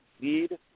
need